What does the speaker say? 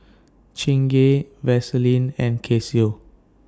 Chingay Vaseline and Casio